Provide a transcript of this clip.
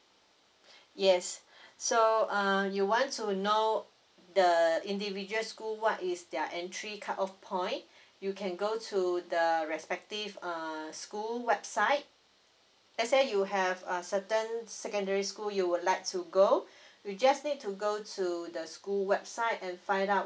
yes so um you want to know the individual school what is their entry cut off point you can go to the respective err school website let's say you have a certain secondary school you would like to go you just need to go to the school website and find out